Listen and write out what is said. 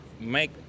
make